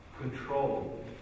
Control